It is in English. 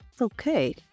Okay